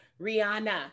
Rihanna